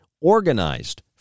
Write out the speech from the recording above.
organized